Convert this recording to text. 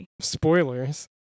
Spoilers